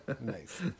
Nice